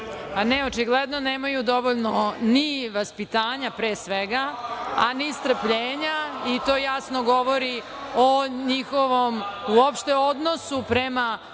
Očigledno nemaju dovoljno ni vaspitanja, pre svega, a ni strpljenja. To jasno govori o njihovom uopšte odnosu prema